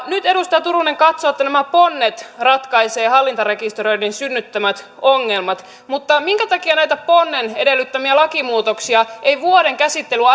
nyt edustaja turunen katsoo että nämä ponnet ratkaisevat hallintarekisteröinnin synnyttämät ongelmat mutta minkä takia näitä ponnen edellyttämiä lakimuutoksia ei vuoden käsittelyn